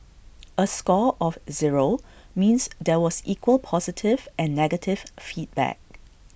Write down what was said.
A score of zero means there was equal positive and negative feedback